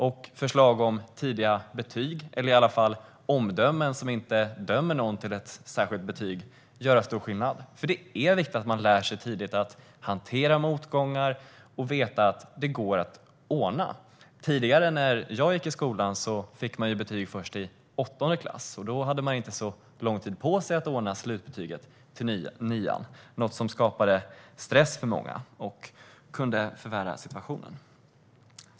Även förslag om tidiga betyg, eller i varje fall omdömen som inte dömer någon till ett visst betyg, skulle göra stor skillnad. Det är nämligen viktigt att tidigt lära sig att hantera motgångar och veta att det går att ordna. När jag gick i skolan fick man betyg först i åttonde klass. Då hade man inte så lång tid på sig att ordna slutbetyget till nian. Detta skapade stress för många, vilket kunde förvärra situationen.